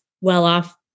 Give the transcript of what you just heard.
well-off